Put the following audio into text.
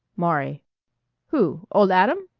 maury who? old adam?